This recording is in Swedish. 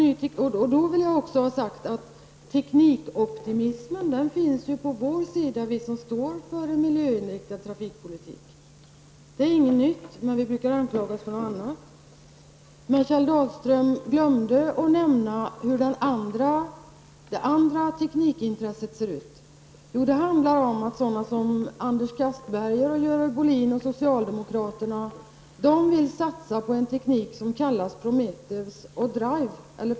Jag vill också ha sagt att teknikoptimismen finns på vår sida, hos oss som står för en miljöinriktad trafikpolitik. Det är inget nytt, men vi brukar anklagas för något annat. Men Kjell Dahlström glömde att nämna hur det andra teknikintresset ser ut. Det handlar om att sådana personer som Anders Castberger och Görel Bohlin och socialdemokraterna vill satsa på projekt som kallas Prometheus och Drive.